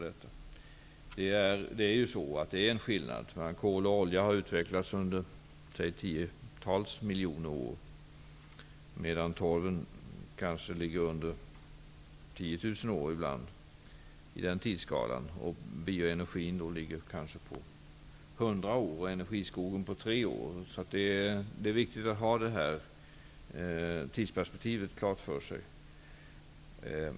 Det är en skillnad i detta avseende. Kol och olja har utvecklats under tiotals miljoner år medan torven ibland kanske bildas under en period av 10 000 år. Det sker på en annan tidsskala. Vedråvaran tillväxer under en period av kanske 100 år och energiskogen under 3 år. Det är viktigt att ha detta tidsperspektiv klart för sig.